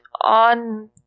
on